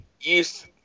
Use